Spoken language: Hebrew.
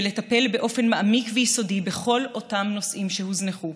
ולטפל באופן מעמיק ויסודי בכל אותם נושאים שהוזנחו,